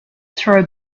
throw